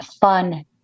fun